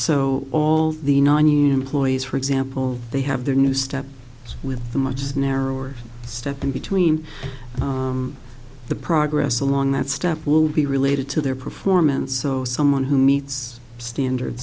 so all the nonunion employees for example they have their new step with a much narrower step in between the progress along that step will be related to their performance so someone who meets standards